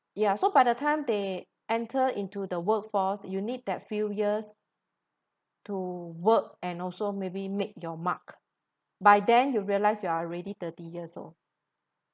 ya so by the time they enter into the workforce you need that few years to work and also maybe make your mark by then you realise you are already thirty years old